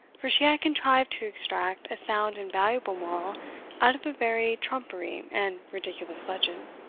for she had contrived to extract a sound and valuable moral out of a very trumpery and ridiculous legend.